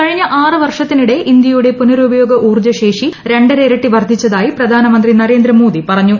കഴിഞ്ഞ ആറ് വർഷത്തിനിടെ ഇന്ത്യയുടെ പുനരുപയോഗ ഊർജ്ജ ശേഷി രണ്ടര ഇരട്ടി വർധിച്ചതായി പ്രധാന മന്ത്രി നരേന്ദ്രമോഡി പറഞ്ഞു